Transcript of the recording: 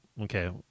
okay